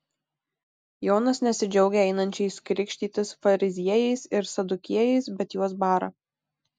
jonas nesidžiaugia einančiais krikštytis fariziejais ir sadukiejais bet juos bara